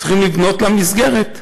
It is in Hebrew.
צריכים לבנות לה מסגרת.